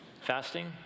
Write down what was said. Fasting